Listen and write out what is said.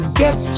get